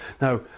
now